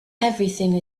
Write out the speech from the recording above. everything